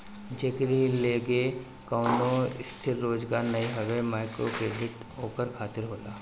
जेकरी लगे कवनो स्थिर रोजगार नाइ हवे माइक्रोक्रेडिट ओकरा खातिर होला